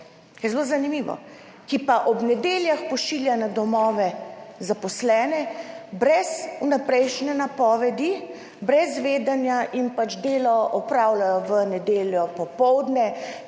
zelo zanimivo, ki pa ob nedeljah pošilja na domove zaposlene brez vnaprejšnje napovedi, brez vedenja in pač delo opravljajo v nedeljo popoldne,